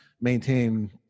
maintain